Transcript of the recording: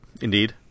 Indeed